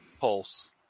Pulse